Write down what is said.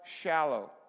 shallow